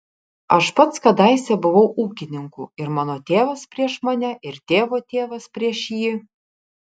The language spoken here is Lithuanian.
aš pats kadaise buvau ūkininku ir mano tėvas prieš mane ir tėvo tėvas prieš jį